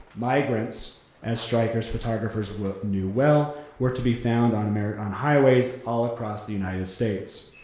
migrants, as stryker's photographers knew well, were to be found on on highways all across the united states.